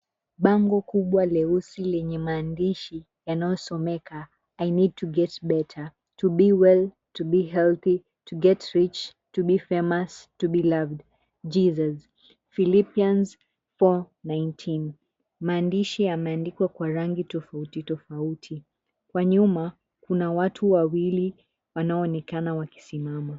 Bango kubwa leusi lenye maandishi yanayosomeka, " I need to get better, to be well to be healthy, to get rich, to be famous, to be loved, Jesus. Phillipians 4:19. " Maandishi yameandikwa kwa rangi tofauti tofauti. Kwa nyuma kuna watu wawili wanaoonekana wakisimama.